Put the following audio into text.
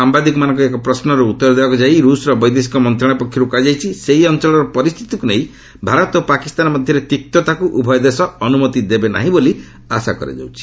ସାମ୍ଭାଦିକମାନଙ୍କ ଏକ ପ୍ରଶ୍ନର ଉତ୍ତର ଦେବାକୁ ଯାଇ ରୁଷ୍ର ବୈଦେଶିକ ମନ୍ତ୍ରଣାଳୟ ପକ୍ଷରୁ କୁହାଯାଇଛି ସେହି ଅଞ୍ଚଳର ପରିସ୍ଥିତିକୁ ନେଇ ଭାରତ ଓ ପାକିସ୍ତାନ ମଧ୍ୟରେ ତିକ୍ତତାକୁ ଉଭୟ ଦେଶ ଅନୁମତି ଦେବେ ନାହିଁ ବୋଲି ଆଶା କରାଯାଉଛି